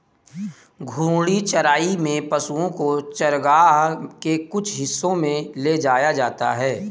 घूर्णी चराई में पशुओ को चरगाह के कुछ हिस्सों में ले जाया जाता है